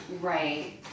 right